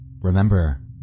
Remember